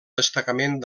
destacament